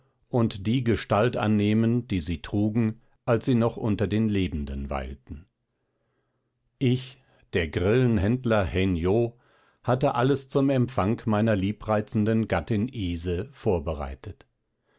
und die gestalt annehmen die sie trugen als sie noch unter den lebenden weilten ich der grillenhändler hen yo hatte alles zum empfang meiner liebreizenden gattin ise vorbereitet